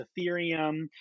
ethereum